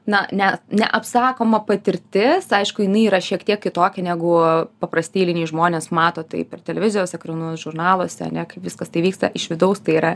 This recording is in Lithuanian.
na ne neapsakoma patirtis aišku jinai yra šiek tiek kitokia negu paprasti eiliniai žmonės mato tai per televizijos ekranus žurnaluose ar ne kaip viskas tai vyksta iš vidaus tai yra